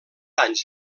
anys